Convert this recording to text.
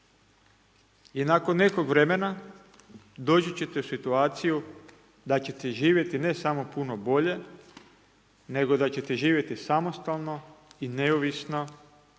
I nakon nekog vremena doći ćete u situaciju da ćete živjeti ne samo puno bolje nego da ćete živjeti samostalno i neovisno